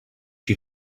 you